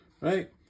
Right